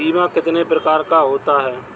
बीमा कितने प्रकार का होता है?